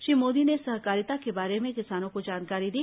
श्री मोदी ने सहकारिता के बारे में भी किसानों को जानकारी दी